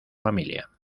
familia